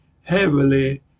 heavily